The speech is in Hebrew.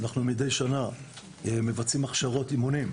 אנחנו מידי שנה מבצעים הכשרות אימונים,